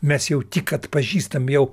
mes jau tik atpažįstam jau